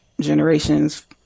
generations